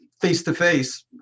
face-to-face